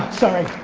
sorry.